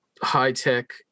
high-tech